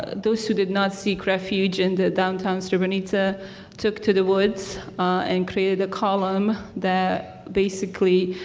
those who did not seek refuge in the downtown srebrenica took to the woods and created a column that basically,